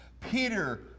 Peter